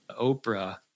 Oprah